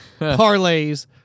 parlays